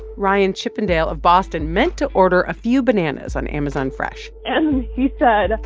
ryan chippendale of boston meant to order a few bananas on amazon fresh and he said,